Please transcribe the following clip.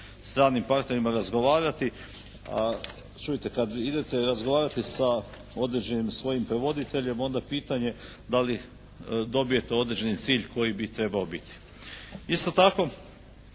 stranim partnerima razgovarati. A čujte kada idete razgovarati sa određenim svojim prevoditeljem onda je pitanje da li dobijete određeni cilj koji bi trebao biti. Isto tako